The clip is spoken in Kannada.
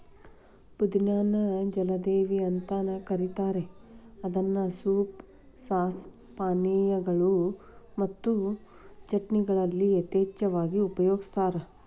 ಪುದಿನಾ ನ ಜಲದೇವಿ ಅಂತ ಕರೇತಾರ ಇದನ್ನ ಸೂಪ್, ಸಾಸ್, ಪಾನೇಯಗಳು ಮತ್ತು ಚಟ್ನಿಗಳಲ್ಲಿ ಯಥೇಚ್ಛವಾಗಿ ಉಪಯೋಗಸ್ತಾರ